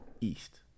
east